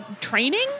training